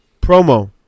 Promo